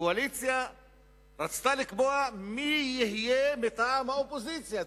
הקואליציה רצתה לקבוע מי יהיה מטעם האופוזיציה.